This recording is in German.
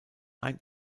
ein